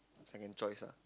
second choice ah